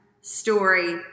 story